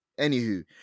anywho